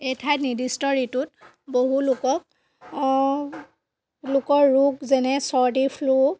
এই ঠাইত নিৰ্দিষ্ট ঋতুত বহু লোকক লোকৰ ৰোগ যেনে চৰ্দি ফ্লু